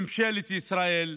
ממשלת ישראל,